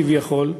כביכול.